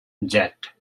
jet